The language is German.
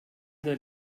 der